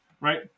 right